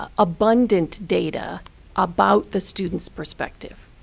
ah abundant data about the student's perspective.